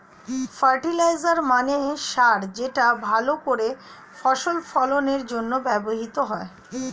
fertiliser মানে সার যেটা ভালো করে ফসল ফলনের জন্য ব্যবহার হয়